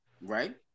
right